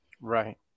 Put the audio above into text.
right